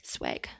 Swag